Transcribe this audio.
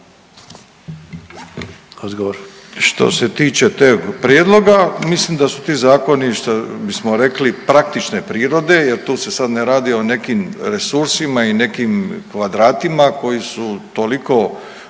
Što se tiče prijedloga, mislim da su tu zakoni, šta bismo rekli praktične prirode jer tu se ne radi o nekim resursima i nekim kvadratima koji su toliko